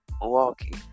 Milwaukee